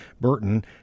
Burton